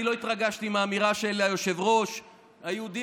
אני לא התרגשתי מהאמירה של היושב-ראש שהיהודים